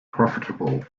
profitable